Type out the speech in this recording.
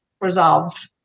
resolve